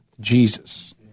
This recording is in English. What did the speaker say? Jesus